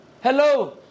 Hello